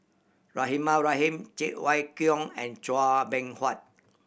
Rahimah Rahim Cheng Wai Keung and Chua Beng Huat